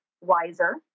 wiser